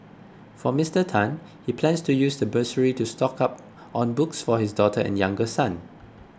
for Mister Tan he plans to use the bursary to stock up on books for his daughter and younger son